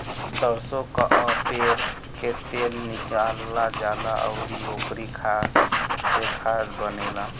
सरसो कअ पेर के तेल निकालल जाला अउरी ओकरी खरी से खाद बनेला